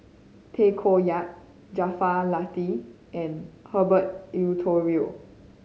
Tay Koh Yat Jaafar Latiff and Herbert Eleuterio